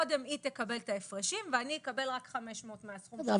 קודם היא תקבל את ההפרשים ואני אקבל רק 500 מהסכום --- בסדר,